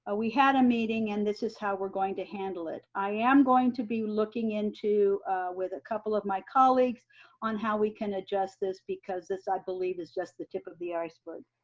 ah we had a meeting and this is how we're going to handle it. i am going to be looking into with a couple of my colleagues on how we can adjust this because this i believe is just the tip of the iceberg.